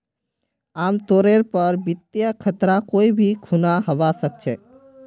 आमतौरेर पर वित्तीय खतरा कोई भी खुना हवा सकछे